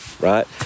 right